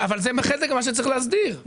אבל זה חלק ממה שצריך להסדיר.